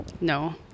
No